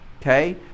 Okay